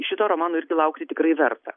šito romano irgi laukti tikrai verta